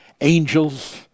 angels